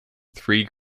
three